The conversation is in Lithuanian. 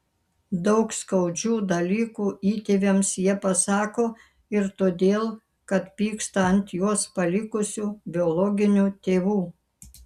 daug skaudžių dalykų įtėviams jie pasako ir todėl kad pyksta ant juos palikusių biologinių tėvų